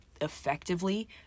effectively